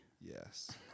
Yes